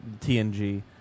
TNG